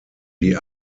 die